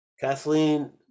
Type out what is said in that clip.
Kathleen